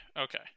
Okay